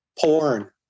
porn